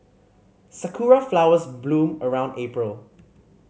sakura flowers bloom around April